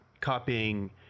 copying